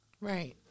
right